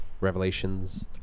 revelations